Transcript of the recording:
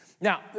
Now